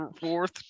fourth